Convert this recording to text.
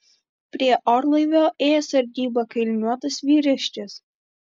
prie orlaivio ėjo sargybą kailiniuotas vyriškis